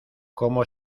como